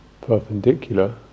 perpendicular